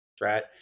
right